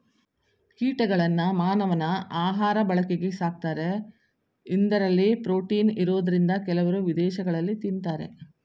ಕೀಟಗಳನ್ನ ಮಾನವನ ಆಹಾಋ ಬಳಕೆಗೆ ಸಾಕ್ತಾರೆ ಇಂದರಲ್ಲಿ ಪ್ರೋಟೀನ್ ಇರೋದ್ರಿಂದ ಕೆಲವು ವಿದೇಶಗಳಲ್ಲಿ ತಿನ್ನತಾರೆ